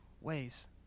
ways